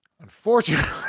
Unfortunately